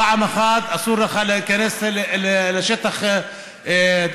פעם אחת אסור לך להיכנס לשטח ממוקש,